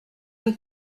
une